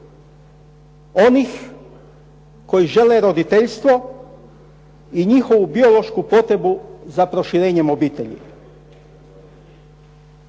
onih koji žele roditeljstvo i njihovu biološku potrebu za proširenjem obitelji.